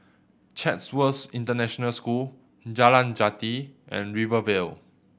Chatsworth International School Jalan Jati and Rivervale